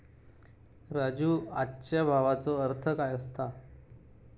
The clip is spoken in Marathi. राजू, आजच्या भावाचो अर्थ काय असता?